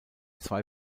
zwei